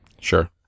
sure